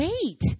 wait